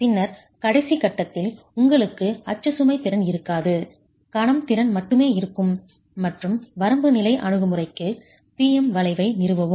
பின்னர் கடைசி கட்டத்தில் உங்களுக்கு அச்சு சுமை திறன் இருக்காது கணம் திறன் மட்டுமே இருக்கும் மற்றும் வரம்பு நிலை அணுகுமுறைக்கு P M வளைவை நிறுவவும்